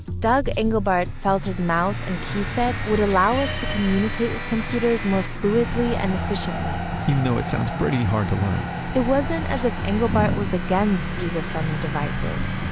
doug engelbart felt his mouse and keyset would allow us to communicate with computers more fluidly and efficiently even though it sounds pretty hard to learn it wasn't as if engelbart was against user-friendly devices,